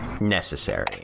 necessary